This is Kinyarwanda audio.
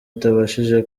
utabashije